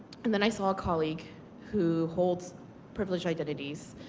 and then i saw a colleague who holds privileged identities